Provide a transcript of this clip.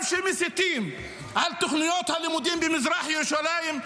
גם כשמסיתים על תוכניות הלימודים במזרח ירושלים,